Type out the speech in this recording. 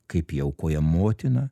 kaip jį aukoja motina